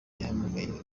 yahamagaye